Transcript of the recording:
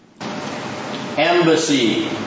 embassy